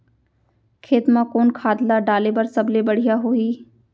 खेत म कोन खाद ला डाले बर सबले बढ़िया होही?